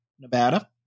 Nevada